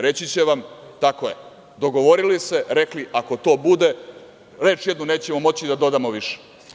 Reći će vam – tako je, dogovorili se, rekli ako to bude reč jednu nećemo moći da dodamo više.